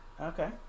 Okay